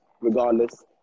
regardless